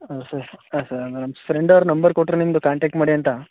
ಹಾಂ ಸರ್ ಹಾಂ ಸರ್ ಅಂದ್ರೆ ನಮ್ಮ ಫ್ರೆಂಡ್ ಅವ್ರು ನಂಬರ್ ಕೊಟ್ಟರು ನಿಮ್ಮದು ಕಾಂಟಾಕ್ಟ್ ಮಾಡಿ ಅಂತ